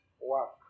work